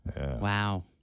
Wow